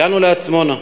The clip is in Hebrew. הגענו לעצמונה.